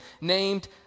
named